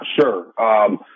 sure